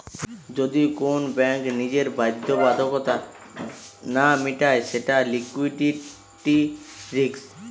যদি কোন ব্যাঙ্ক নিজের বাধ্যবাধকতা না মিটায় সেটা লিকুইডিটি রিস্ক